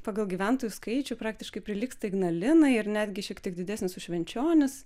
pagal gyventojų skaičių praktiškai prilygsta ignalinai ir netgi šiek tiek didesnis už švenčionis